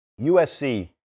USC